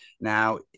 Now